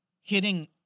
hitting